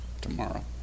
tomorrow